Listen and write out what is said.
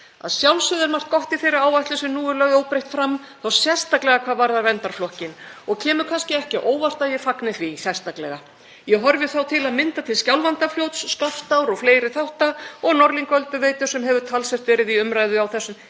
„Að sjálfsögðu er margt gott í þeirri áætlun sem nú er lögð óbreytt fram frá fyrra þingi, þá sérstaklega hvað varðar verndarflokkinn, og kemur kannski ekki á óvart að ég fagni því sérstaklega. Ég horfi þá til að mynda til Skjálfandafljóts, Skaftár og fleiri þátta, og Norðlingaölduveitu sem hefur talsvert verið til umræðu í þessum